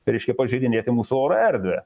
reiškia pažeidinėti mūsų oro erdvę